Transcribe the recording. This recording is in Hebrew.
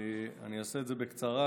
אני אעשה את זה בקצרה.